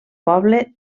poble